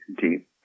deep